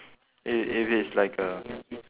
i~ if it's like a